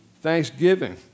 Thanksgiving